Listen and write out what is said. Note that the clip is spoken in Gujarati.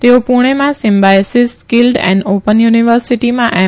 તેઓ પુણેમાં સિંબાયસીસ સ્કીલ્ડ એન્ડ ઓપન યુનિવર્સીટીમાં એમ